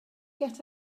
get